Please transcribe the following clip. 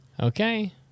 Okay